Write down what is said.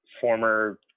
former